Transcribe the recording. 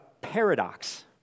paradox